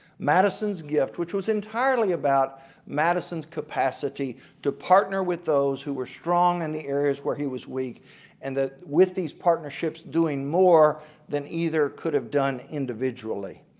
madison's gift which was entirely about madison's capacity to partner with those who were strong in the areas where he was weak and that with these partnerships doing more than either could have done individually.